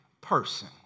person